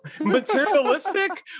Materialistic